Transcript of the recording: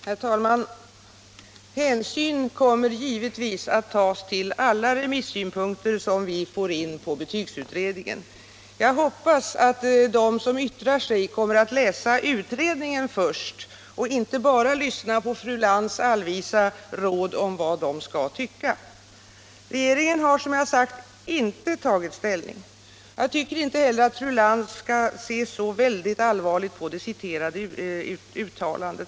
Herr talman! Hänsyn kommer givetvis att tas till alla remissynpunkter som vi får in på betygsutredningen. Jag hoppas att de som yttrar sig kommer att läsa utredningen först och inte bara lyssna på fru Lantz allvisa råd om vad de skall tycka. Regeringen har, som sagt, inte tagit ställning. Jag tycker inte heller att fru Lantz skall se så väldigt allvarligt på Anders Arfwedsons uttalande.